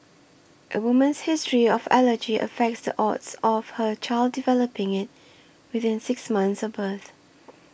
a woman's history of allergy affects the odds of her child developing it within six months of birth